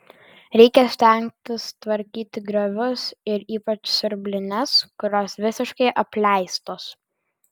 reikia stengtis tvarkyti griovius ir ypač siurblines kurios visiškai apleistos